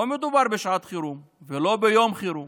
לא מדובר בשעת חירום ולא ביום חירום